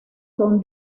son